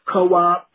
Co-op